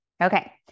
Okay